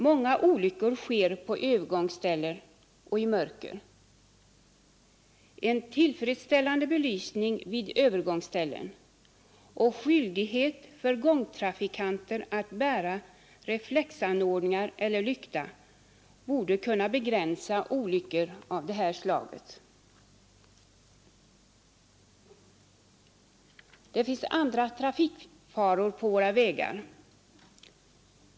Många olyckor sker på övergångsställen och i mörker. En tillfredsställande belysning vid övergångsställen och skyldighet för gångtrafikanter att bära reflexanordningar eller lykta borde kunna begränsa antalet olyckor av det här slaget. Det finns andra trafikfaror på våra vägar.